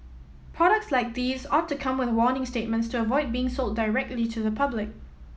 products like these ought to come with warning statements to avoid being sold directly to the public